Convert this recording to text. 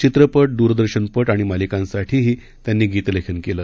चित्रपट द्रदर्शनपटआणिमालिकांसाठीहीत्यांनीगीतलेखनकेलं